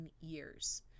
years